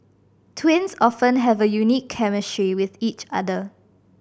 twins often have a unique chemistry with each other